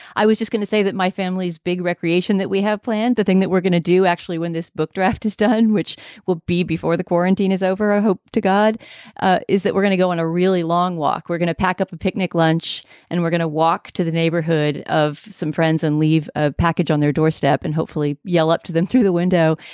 i was just going to say that my family's big recreation that we have planned, the thing that we're gonna do actually when this book draft is done, which will be before the quarantine quarantine is over, i ah hope to god ah is that we're gonna go on a really long walk. we're gonna pack up a picnic lunch and we're gonna walk to the neighborhood of some friends and leave a package on their doorstep and hopefully yell up to them through the window.